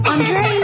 Andre